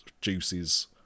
juices